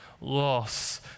loss